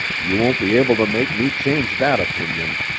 you won't be able to make me change that opinion.